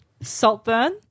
Saltburn